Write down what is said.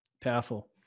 powerful